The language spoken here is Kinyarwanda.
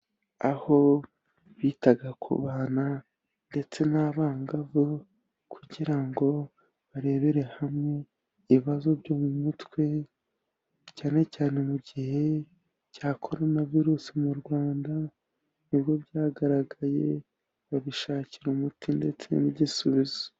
Aho bitaga kubana ndetse n'abangavu kugira ngo barebere hamwe ibibazo byo mu mutwe cyane cyane mu gihe cya Corona virus mu Rwanda nibwo byagaragaye, babishakira umuti ndetse n'igisubizo.